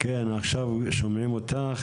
כן, עכשיו שומעים אותך.